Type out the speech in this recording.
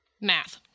Math